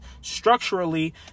Structurally